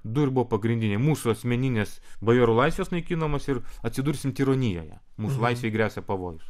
du ir buvo pagrindiniai mūsų asmeninės bajorų laisvės naikinamos ir atsidursim tironijoje mūsų laisvei gresia pavojus